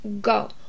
go